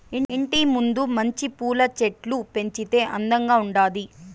ఇంటి ముందు మంచి పూల చెట్లు పెంచితే అందంగా ఉండాది